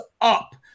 up